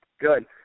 good